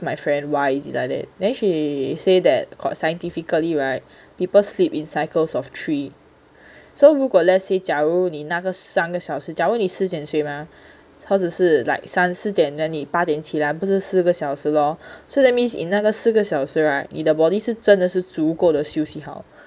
my friend why is it like that then she say that got scientifically [right] people sleep in cycles of three so 如果 let's say 假如你那个三个小时假如你十点睡吗他只是 like 三四点 then 你八点起来不是四个小时 lor so that means 你那个四个小时 [right] 你的 body 是真的是足够的休息好